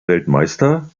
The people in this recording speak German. weltmeister